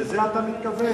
לזה אתה מתכוון?